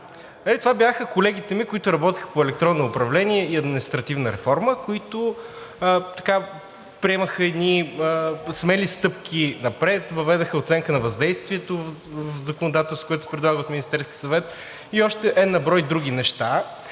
Това бяха колегите ми, които работеха по електронно управление и административна реформа, които приемаха едни смели стъпки напред – въведоха оценка на въздействието в законодателството, което се предлага от Министерския съвет, и още n на брой други неща